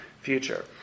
future